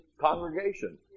congregation